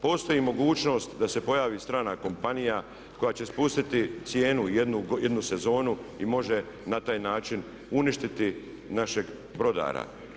Postoji mogućnost da se pojavi strana kompanija koja će spustiti cijenu jednu sezonu i može na taj način uništiti našeg brodara.